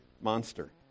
monster